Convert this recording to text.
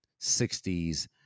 60s